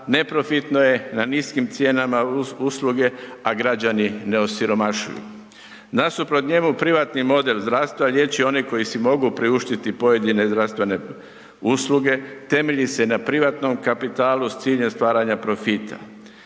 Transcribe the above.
neprofitno je, na niskim cijenama usluge, a građani ne osiromašuju. Nasuprot njemu, privatni model zdravstva liječi one koji si mogu priuštiti pojedine zdravstvene usluge. Temelji se na privatnom kapitalu s ciljem stvaranja profita.